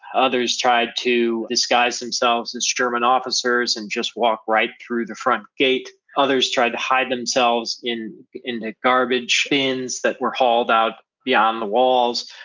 others tried to disguise themselves as german officers and just walk right through the front gate others tried to hide themselves in in the garbage bins that were hauled out beyond the walls.